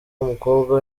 w’umukobwa